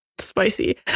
Spicy